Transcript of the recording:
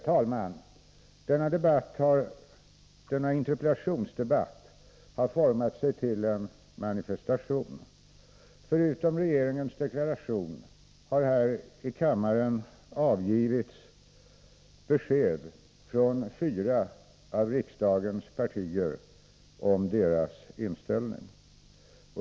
Herr talman! Denna interpellationsdebatt har format sig till en manifestation. Förutom att regeringen avgivit en deklaration har här i kammaren givits besked från fyra av riksdagens partier om deras inställning.